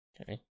Okay